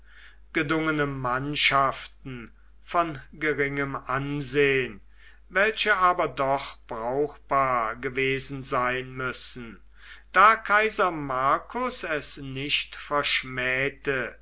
gedungene mannschaften von geringem ansehen welche aber doch brauchbar gewesen sein müssen da kaiser marcus es nicht verschmähte